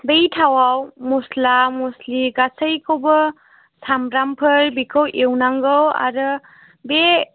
बै थावआव मस्ला मस्लि गासैखौबो सामब्रामफोर बेखौ एवनांगौ आरो बे